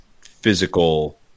physical